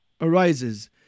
arises